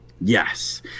Yes